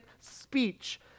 speech